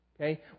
Okay